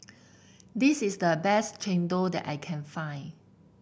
this is the best Chendol that I can find